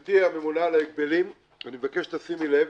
גברתי הממונה על ההגבלים, אני מבקש שתשימי לב